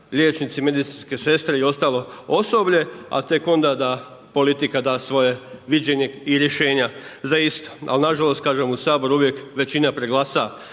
liječnici, medicinske sestre i ostalo osoblje a tek onda da politika da svoje viđenje i rješenja za isto. Ali nažalost, kažem, u Saboru uvijek većina preglasa